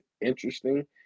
interesting